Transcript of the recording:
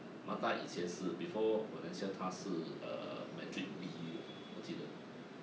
mata 一些是 before valencia 他是 uh madrid B 我记得